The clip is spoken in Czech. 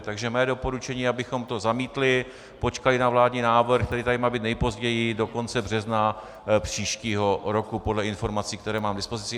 Takže mé doporučení je, abychom to zamítli, počkali na vládní návrh, který tady má být nejpozději do konce března příštího roku podle informací, které mám i dispozici.